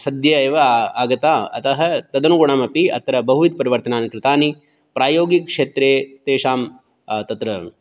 सद्यः एव आगता अतः तदनुगुणमपि अत्र बहुविधपरिवर्तनानि कृतानि प्रायोगिकक्षेत्रे तेषां तत्र